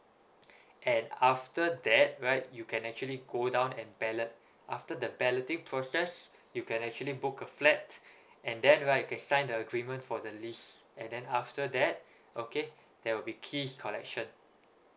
and after that right you can actually go down and ballot after the balloting process you can actually book a flat and then right you can sign the agreement for the lease and then after that okay there will be keys collection